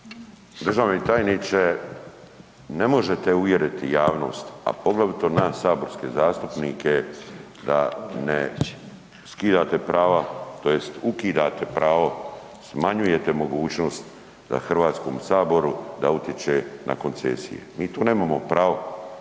Državni tajniče, ne možete uvjeriti javnost, a poglavito nas saborske zastupnike da ne skidate prava tj. ukidate pravo, smanjujete mogućnost da HS da utječe na koncesije, mi to nemamo pravo.